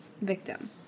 victim